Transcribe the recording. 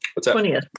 20th